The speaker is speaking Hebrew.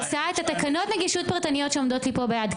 תקנות נגישות פרטנית שיש לי פה ביד,